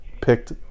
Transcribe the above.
picked